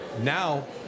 now